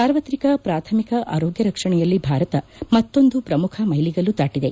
ಸಾರ್ವತ್ರಿಕ ಪ್ರಾಥಮಿಕ ಆರೋಗ್ಯ ರಕ್ಷಣೆಯಲ್ಲಿ ಭಾರತ ಮತ್ತೊಂದು ಪ್ರಮುಖ ಮೈಲಿಗಲ್ಲು ದಾಟಿದೆ